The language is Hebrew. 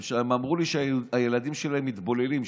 הם אמרו לי שהילדים שלהם מתבוללים,